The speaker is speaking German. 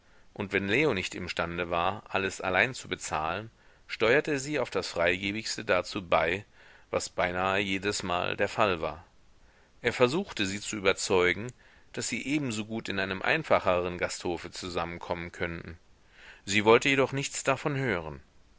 und wenn leo nicht imstande war alles allein zu bezahlen steuerte sie auf das freigebigste dazu bei was beinahe jedesmal der fall war er versuchte sie zu überzeugen daß sie ebensogut in einem einfacheren gasthofe zusammen kommen könnten sie wollte jedoch nichts davon hören